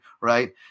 Right